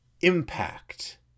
impact